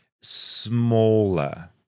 Smaller